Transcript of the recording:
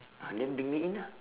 !huh! then bring me in ah